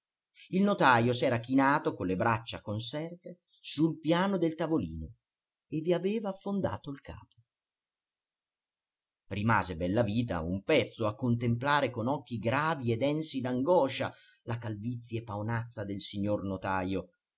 il notajo s'era chinato con le braccia conserte sul piano del tavolino e vi aveva affondato il capo rimase bellavita un pezzo a contemplare con occhi gravi e densi d'angoscia la calvizie paonazza del signor notajo